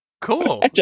cool